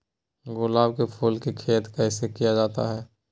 गुलाब के फूल की खेत कैसे किया जाता है?